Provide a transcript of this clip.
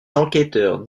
enquêteurs